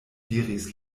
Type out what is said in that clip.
diris